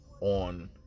on